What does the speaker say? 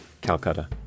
Calcutta